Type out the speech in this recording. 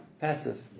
passive